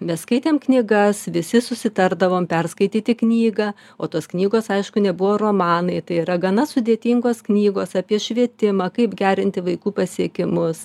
mes skaitėm knygas visi susitardavom perskaityti knygą o tos knygos aišku nebuvo romanai tai yra gana sudėtingos knygos apie švietimą kaip gerinti vaikų pasiekimus